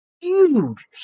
huge